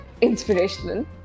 inspirational